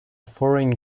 foreign